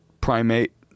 primate